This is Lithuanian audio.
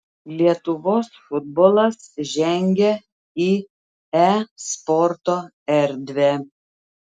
lietuvos futbolas žengia į e sporto erdvę